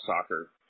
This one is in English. soccer